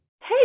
Hey